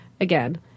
again